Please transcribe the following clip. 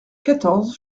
quatorze